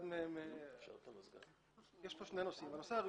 הנושא הראשון,